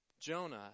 Jonah